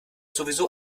sowieso